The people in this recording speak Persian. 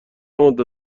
مدت